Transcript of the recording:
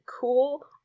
cool